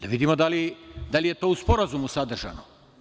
Da vidimo da li je to u sporazumu sadržano.